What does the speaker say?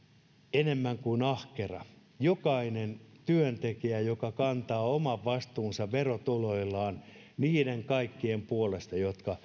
enemmän kuin ahkera jokainen työntekijä joka kantaa oman vastuunsa verotuloillaan niiden kaikkien puolesta jotka